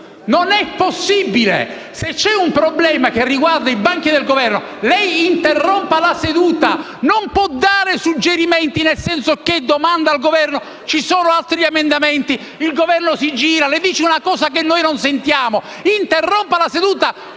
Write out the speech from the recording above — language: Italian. Non è possibile. Se c'è un problema che riguarda i banchi del Governo, interrompa la seduta. Non può dare suggerimenti nel senso che domanda al Sottosegretario se ci sono altri emendamenti e il rappresentante del Governo si gira e le dice una cosa che non sentiamo. Interrompa la seduta.